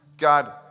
God